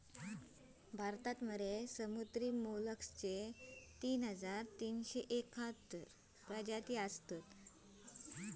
भारतात समुद्री मोलस्कचे तीन हजार तीनशे एकाहत्तर प्रजाती असत